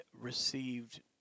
received